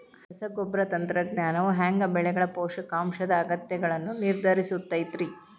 ರಸಗೊಬ್ಬರ ತಂತ್ರಜ್ಞಾನವು ಹ್ಯಾಂಗ ಬೆಳೆಗಳ ಪೋಷಕಾಂಶದ ಅಗತ್ಯಗಳನ್ನ ನಿರ್ಧರಿಸುತೈತ್ರಿ?